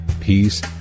peace